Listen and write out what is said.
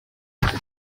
kujya